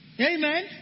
Amen